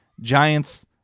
Giants